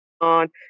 on